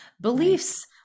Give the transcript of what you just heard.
beliefs